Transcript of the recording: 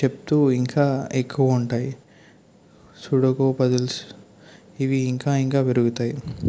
చెప్తూ ఇంకా ఎక్కువుంటాయి సూడోకు పజిల్స్ ఇవి ఇంకా ఇంకా పెరుగుతాయి